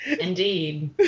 Indeed